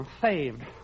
Saved